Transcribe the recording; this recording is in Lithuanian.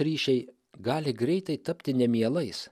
ryšiai gali greitai tapti nemielais